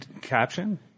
caption